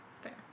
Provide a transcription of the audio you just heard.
fair